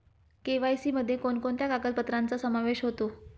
KYC मध्ये कोणकोणत्या कागदपत्रांचा समावेश होतो?